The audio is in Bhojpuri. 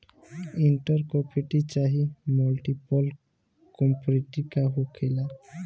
इंटर क्रोपिंग चाहे मल्टीपल क्रोपिंग का होखेला?